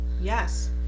yes